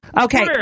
Okay